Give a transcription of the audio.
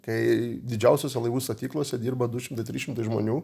kai didžiausiose laivų statyklose dirba du šimtai trys šimtai žmonių